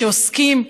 שעוסקים,